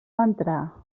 entrar